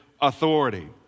authority